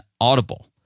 Audible